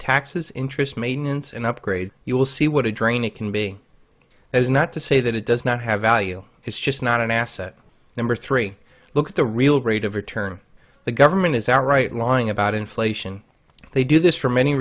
taxes interest maintenance and upgrades you will see what a drain it can be as not to say that it does not have value is just not an asset number three look at the real rate of return the government is outright lying about inflation they do this for many